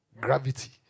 Gravity